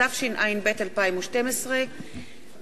התשע"ב 2012,